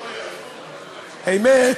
האמת,